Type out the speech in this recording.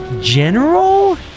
General